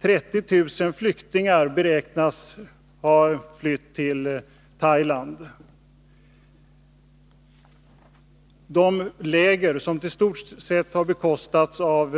30 000 flyktingar beräknas ha flytt till Thailand. Lägret, som till stor del har bekostats av